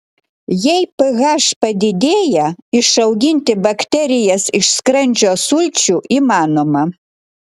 jei ph padidėja išauginti bakterijas iš skrandžio sulčių įmanoma